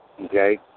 Okay